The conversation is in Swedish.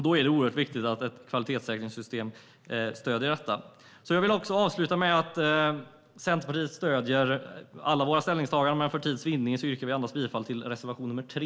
Då är det oerhört viktigt att ett kvalitetssäkringssystem stöder detta. Jag vill avsluta med att Centerpartiet stöder alla våra ställningstaganden, men för tids vinnande yrkar jag endast bifall till reservation 3.